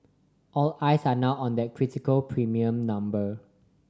all eyes are now on that critical premium number